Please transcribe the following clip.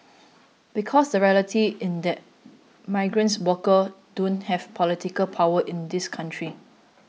because the reality and that migrant workers don't have political power in this country